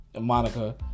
Monica